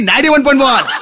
91.1